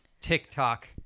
TikTok